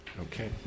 Okay